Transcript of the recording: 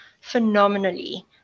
phenomenally